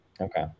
Okay